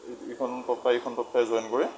এই ইখন তক্তাই ইখন তক্তাই জইন কৰে